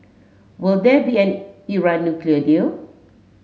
will there be an Iran nuclear deal